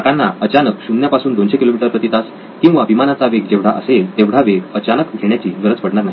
चाकांना अचानक शून्यापासून दोनशे किलोमीटर प्रति तास किंवा विमानाचा वेग जेवढा असेल तेवढा वेग अचानक घेण्याची गरज पडणार नाही